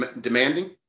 demanding